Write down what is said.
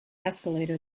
escalator